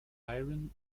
iron